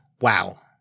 Wow